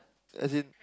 as in